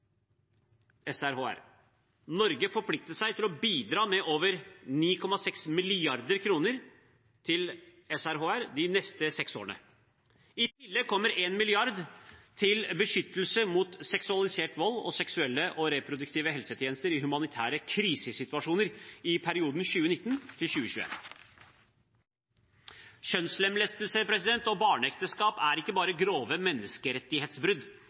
SRHR. Norge forpliktet seg til å bidra med over 9,6 mrd. kr til SRHR de neste seks årene. I tillegg kommer 1 mrd. kr til beskyttelse mot seksualisert vold og seksuelle og reproduktive helsetjenester i humanitære krisesituasjoner i perioden 2019–2021. Kjønnslemlestelse og barneekteskap er ikke bare grove menneskerettighetsbrudd